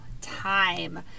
time